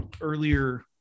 earlier